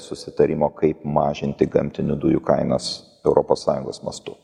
susitarimo kaip mažinti gamtinių dujų kainas europos sąjungos mastu